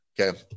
Okay